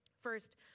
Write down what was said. First